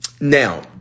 Now